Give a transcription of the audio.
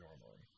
normally